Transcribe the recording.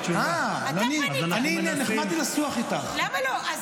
וואו, כל מה שהוא